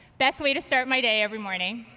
best way to start my day every morning.